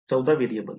14 variables